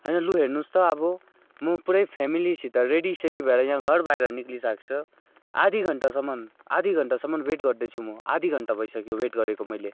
होइन लु हेर्नोस् त अब म पुरै फ्यामिलीसित रेडीसेडी भएर यहाँ घरबाहिर निक्लिरहेको छु आधा घन्टासम्म आधा घन्टासम्म वेट गर्दैछु म आधा घन्टा भइसक्यो वेट गरेको मैले